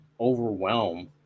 overwhelm